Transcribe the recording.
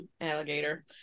alligator